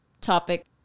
topic